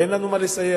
ואין לנו מה לסייע.